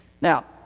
Now